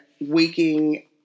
waking